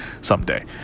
someday